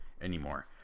anymore